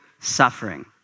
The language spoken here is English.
suffering